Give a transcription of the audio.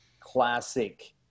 classic